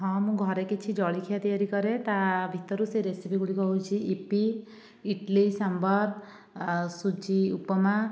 ହଁ ମୁଁ ଘରେ କିଛି ଜଳଖିଆ ତିଆରି କରେ ତା ଭିତରୁ ସେ ରେସିପି ଗୁଡ଼ିକ ହେଉଛି ୟିପି ଇଡ଼ଲି ସାମ୍ବର୍ ଆଉ ସୁଜି ଉପମା